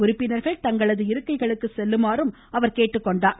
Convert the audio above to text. உறுப்பினர்கள் தங்கள் இருக்கைக்கு செல்லுமாறும் எனவே அவர் கேட்டுக்கொண்டார்